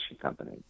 company